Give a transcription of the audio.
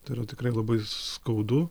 tai yra tikrai labai skaudu